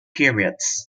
periods